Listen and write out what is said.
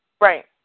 Right